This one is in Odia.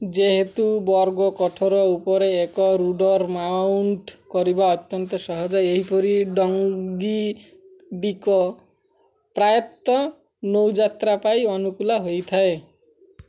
ଯେହେତୁ ବର୍ଗ କଠୋର ଉପରେ ଏକ ରୁଡର୍ ମାଉଣ୍ଟ୍ କରିବା ଅତ୍ୟନ୍ତ ସହଜ ଏହିପରି ଡ଼ଙ୍ଗିଡ଼ିକ ପ୍ରାୟତଃ ନୌଯାତ୍ରା ପାଇଁ ଅନୁକୂଳ ହୋଇଥାଏ